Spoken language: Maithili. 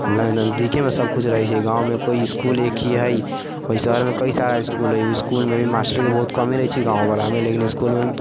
नजदीकेमे सबकुछ रहै छै गाँवमे कोइ इसकुल एक ही हइ ओइ शहरमे कइ सारा इसकुल हइ ओहि इसकुलमे भी मास्टरके बहुत कमी रहै छै गाँववला म लेकिन इसकुलमे